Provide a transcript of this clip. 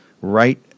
right